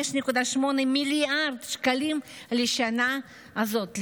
5.8 מיליארד שקלים לשנה הזאת,